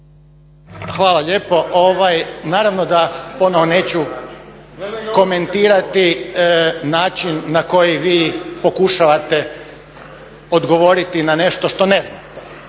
Hvala lijepo. Naravno da ponovno neću komentirati način na koji vi pokušavate odgovoriti na nešto što ne znate.